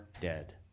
dead